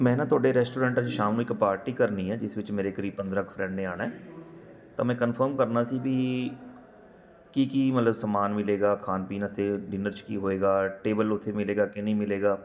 ਮੈਂ ਨਾ ਤੁਹਾਡੇ ਰੈਸਟੋਰੈਂਟ 'ਚ ਸ਼ਾਮ ਨੂੰ ਇੱਕ ਪਾਰਟੀ ਕਰਨੀ ਹੈ ਜਿਸ ਵਿੱਚ ਮੇਰੇ ਕਰੀਬ ਪੰਦਰਾਂ ਕੁ ਫਰੈਂਡ ਨੇ ਆਉਣਾ ਤਾਂ ਮੈਂ ਕਨਫਰਮ ਕਰਨਾ ਸੀ ਵੀ ਕੀ ਕੀ ਮਤਲਬ ਸਮਾਨ ਮਿਲੇਗਾ ਖਾਣ ਪੀਣ ਵਾਸਤੇ ਡਿਨਰ 'ਚ ਕੀ ਹੋਏਗਾ ਟੇਬਲ ਉੱਥੇ ਮਿਲੇਗਾ ਕਿ ਨਹੀਂ ਮਿਲੇਗਾ